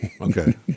okay